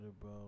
bro